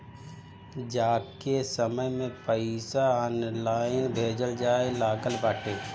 आजके समय में पईसा ऑनलाइन भेजल जाए लागल बाटे